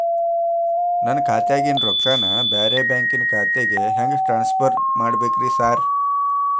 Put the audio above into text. ನನ್ನ ಖಾತ್ಯಾಗಿನ ರೊಕ್ಕಾನ ಬ್ಯಾರೆ ಬ್ಯಾಂಕಿನ ಖಾತೆಗೆ ಹೆಂಗ್ ಟ್ರಾನ್ಸ್ ಪರ್ ಮಾಡ್ಬೇಕ್ರಿ ಸಾರ್?